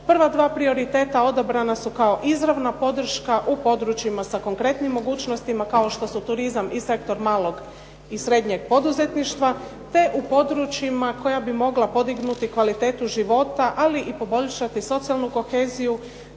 Prva dva prioriteta izabrani su kao izravna podrška u područjima sa konkretnim mogućnostima kao što su turizam i sektor malog i srednjeg poduzetništva te u područjima koja bi mogla podignuti kvalitetu života ali i poboljšati socijalnu koheziju